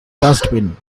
dustbin